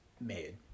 made